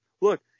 Look